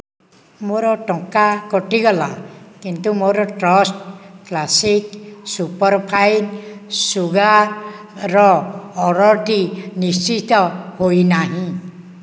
ମୋର ଟଙ୍କା କଟିଗଲା କିନ୍ତୁ ମୋର ଟ୍ରଷ୍ଟ କ୍ଲାସିକ୍ ସୁପର୍ଫାଇନ୍ ସୁଗାର୍ର ଅର୍ଡ଼ର୍ଟି ନିଶ୍ଚିତ ହୋଇନାହିଁ